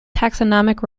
taxonomic